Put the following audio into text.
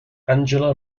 angela